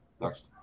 Next